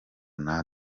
natwe